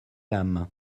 lame